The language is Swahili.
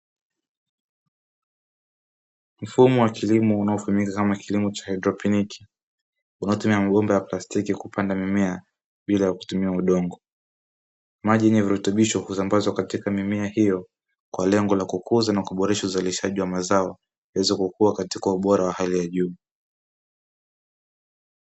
Mfumo wa kilimo unaofahamika kama kilimo cha haidroponi, unaotumia mabomba ya plastiki kupanda mimea bila ya kutumia udongo. Maji yenye virutubisho husambazwa katika mimea hiyo kwa lengo la kukuza na kuboresha uzalishaji wa mazao, yaweze kukua katika ubora wa hali ya juu.